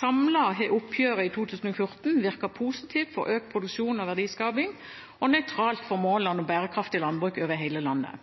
Samlet har oppgjøret i 2014 virket positivt for økt produksjon og verdiskaping og nøytralt for målene om bærekraftig landbruk over hele landet.